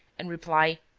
and reply.